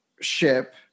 ship